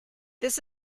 this